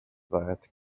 that